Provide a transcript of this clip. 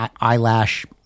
eyelash